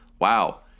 wow